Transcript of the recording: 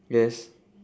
yes